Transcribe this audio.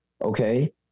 Okay